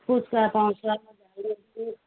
पुच्का पाउँछ